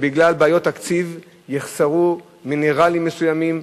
שבגלל בעיות תקציב יחסרו מינרלים מסוימים,